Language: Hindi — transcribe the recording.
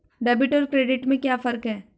डेबिट और क्रेडिट में क्या फर्क है?